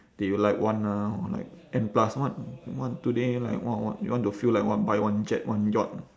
they like want ah or like and plus what what today like what what you want to feel like want buy one jet one yacht